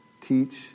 Teach